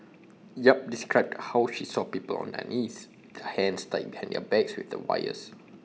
yap described how she saw people on their knees their hands tied behind their backs with wires